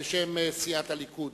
בשם סיעת הליכוד.